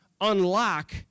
unlock